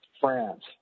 France